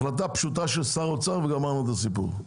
החלטה פשוטה של שר האוצר וגמרנו את הסיפור.